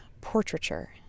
portraiture